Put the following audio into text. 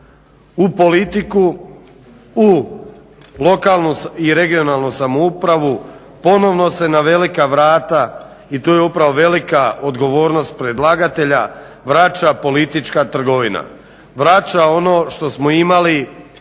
u politiku, u lokalnu i regionalnu samoupravu ponovno se na velika vrata i tu je upravo velika odgovornost predlagatelja, vraća politička trgovina, vraća ono što smo imali